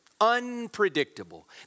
unpredictable